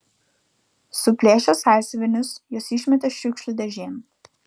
suplėšę sąsiuvinius juos išmetė šiukšlių dėžėn